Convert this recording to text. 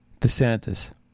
DeSantis